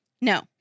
No